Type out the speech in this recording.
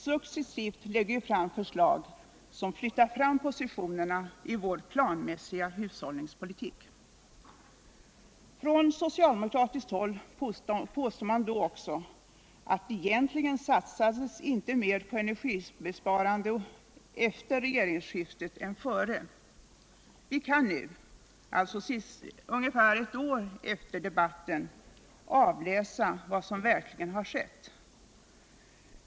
Successivt lägger vi fram förslag som flyttar fram positionerna i vår planmässiga hushållningspolitik. Från socialdemokratiskt håll påstod man då också att egentligen satsades inte mer på energisparande efter regeringsskiftet än före. Vi kan nu — alltså ca ett år efter debatten — avläsa vad som verkligen har skett.